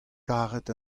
karet